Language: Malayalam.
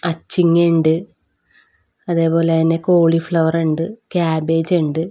അച്ചിങ്ങയുണ്ട് അതേപോലെ തന്നെ കോളിഫ്ലവറുണ്ട് ക്യാബേജ് ഉണ്ട്